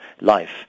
life